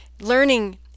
learning